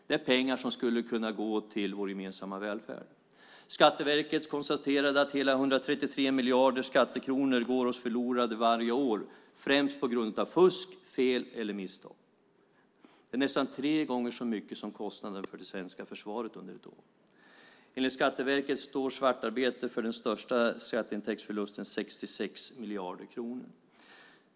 Det är pengar som skulle kunna gå till vår gemensamma välfärd. Skatteverket konstaterar att hela 133 miljarder skattekronor går förlorade varje år, främst på grund av fusk, fel eller misstag. Det är nästan tre gånger så mycket som kostnaden för det svenska försvaret under ett år. Enligt Skatteverket står svartarbete för den största skatteintäktsförlusten, 66 miljarder kronor.